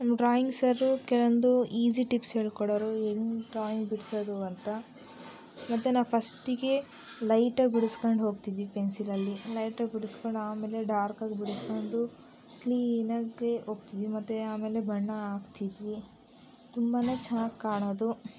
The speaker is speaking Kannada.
ಡ್ರಾಯಿಂಗ್ ಸರ್ ಕೆಲವೊಂದು ಈಸಿ ಟಿಪ್ಸ್ ಹೇಳ್ಕೊಡೋರು ಹೇಗೆ ಡ್ರಾಯಿಂಗ್ ಬಿಡಿಸೋದು ಅಂತ ಮತ್ತು ನಾವು ಫರ್ಸ್ಟಿಗೆ ಲೈಟಾಗಿ ಬಿಡಿಸಿಕೊಂಡು ಹೋಗ್ತಿದ್ವಿ ಪೆನ್ಸಿಲಲ್ಲಿ ಲೈಟಾಗಿ ಬಿಡಿಸಿಕೊಂಡು ಆಮೇಲೆ ಡಾರ್ಕಾಗಿ ಬಿಡಿಸಿಕೊಂಡು ಕ್ಲೀನಾಗಿ ಹೋಗ್ತಿದ್ವಿ ಮತ್ತು ಆಮೇಲೆ ಬಣ್ಣ ಹಾಕ್ತಿದ್ವಿ ತುಂಬ ಚೆನ್ನಾಗಿ ಕಾಣೋದು